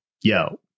yo